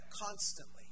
constantly